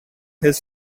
his